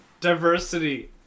Diversity